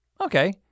okay